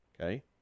okay